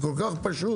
כל כך פשוט.